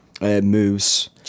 moves